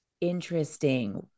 Interesting